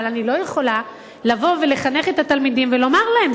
אבל אני לא יכולה לבוא ולחנך את התלמידים ולומר להם,